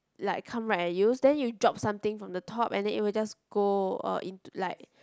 like come right at you then you drop something from the top and then it will just go uh in like